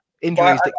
Injuries